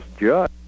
judge